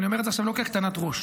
אני אומר את זה עכשיו לא כהקטנת ראש.